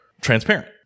transparent